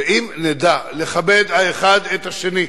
אם נדע לכבד האחד את השני,